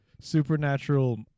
supernatural